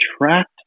attract